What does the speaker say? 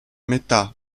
metà